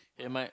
eh my